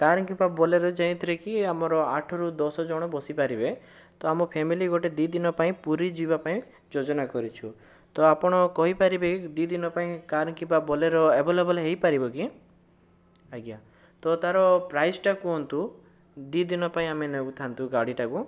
car କିମ୍ବା Bolero ଯେଉଁଥିରେକି ଆମର ଆଠ ରୁ ଦଶ ଜଣ ବସିପାରିବେ ତ ଆମ ଫାମିଲି ଗୋଟେ ଦୁଇ ଦିନ ପାଇଁ ପୁରୀ ଯିବା ପାଇଁ ଯୋଜନା କରିଛୁ ତ ଆପଣ କହିପାରିବେ ଦୁଇ ଦିନ ପାଇଁ କାର କିମ୍ବା ବୋଲେରୋ ଆଭେଲେବଲ ହେଇପାରିବ କି ଆଜ୍ଞା ତ ତାର ପ୍ରାଇସ ଟା କୁହନ୍ତୁ ଦୁଇ ଦିନ ପାଇଁ ଆମେ ନେଉଥାନ୍ତୁ ଗାଡ଼ିଟାକୁ